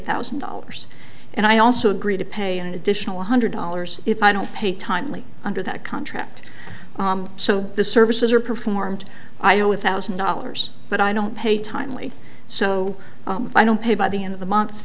thousand dollars and i also agree to pay an additional one hundred dollars if i don't pay timely under that contract so the services are performed iow with thousand dollars but i don't pay timely so i don't pay by the end of the month